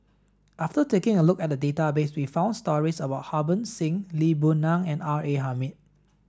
after taking a look at the database we found stories about Harbans Singh Lee Boon Ngan and R A Hamid